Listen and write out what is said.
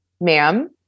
ma'am